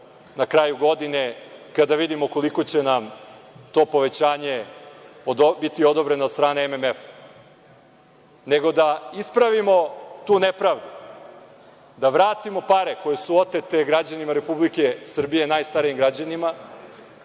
na kraju godine kada vidimo koliko će nam to povećanje biti odobreno od strane MMF, nego da ispravimo tu nepravdu, da vratimo pare koje su otete građanima Republike Srbije, najstarijim građanima,